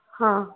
ਹਾਂ